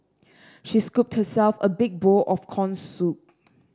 she scooped herself a big bowl of corn soup